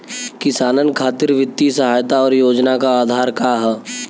किसानन खातिर वित्तीय सहायता और योजना क आधार का ह?